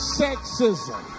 sexism